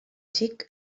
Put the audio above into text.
xic